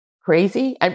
crazy